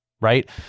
right